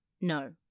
no